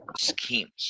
schemes